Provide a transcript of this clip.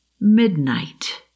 Midnight